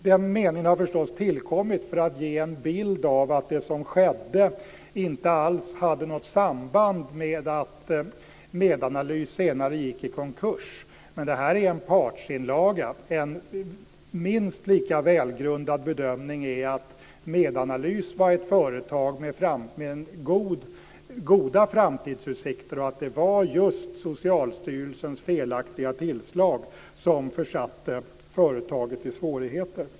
Den meningen har förstås tillkommit för att ge en bild av att det som skedde inte alls hade något samband med att Detta är en partsinlaga. En minst lika välgrundad bedömning är att Medanalys var ett företag med goda framtidsutsikter, och att det var just Socialstyrelsens felaktiga tillslag som försatte företaget i svårigheter.